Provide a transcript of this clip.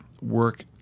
work